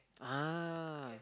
ah